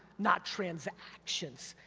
not transactions,